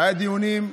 היו דיונים,